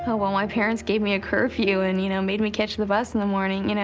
oh, well, my parents gave me a curfew and you know made me catch the bus in the morning. you know